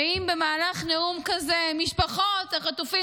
ואם במהלך נאום כזה משפחות החטופים